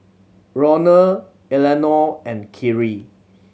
Ronald Eleanore and Kerrie